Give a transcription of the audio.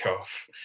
off